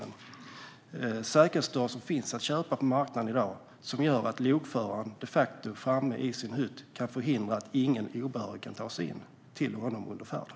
Det är säkerhetsdörrar som finns att köpa på marknaden i dag och som gör att lokföraren i sin hytt de facto kan förhindra att obehöriga tar sig in till honom under färden.